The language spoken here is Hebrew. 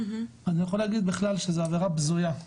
אני יכול להגיד בכלל שזה עבירה בזויה,